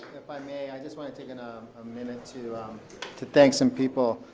if i may, i just want to take and ah a minute to um to thank some people.